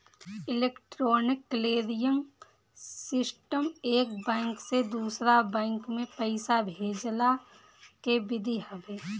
electronic clearing system एक bank से दूसरा बैंक में पईसा भेजला के विधि हवे